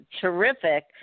terrific